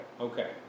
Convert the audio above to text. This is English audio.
Okay